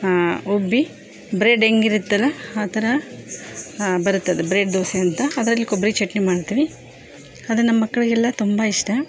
ಹಾಂ ಉಬ್ಬಿ ಬ್ರೆಡ್ ಹೆಂಗಿರುತ್ತಲ್ಲ ಆ ಥರ ಹಾಂ ಬರುತ್ತದೆ ಬ್ರೆಡ್ ದೋಸೆ ಅಂತ ಅದ್ರಲ್ಲಿ ಕೊಬ್ಬರಿ ಚಟ್ನಿ ಮಾಡ್ತೀವಿ ಅದ ನಮ್ಮ ಮಕ್ಕಳಿಗೆಲ್ಲ ತುಂಬ ಇಷ್ಟ